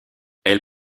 elle